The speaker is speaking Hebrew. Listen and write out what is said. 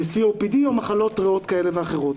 COPD או מחלות ריאות כאלה ואחרות.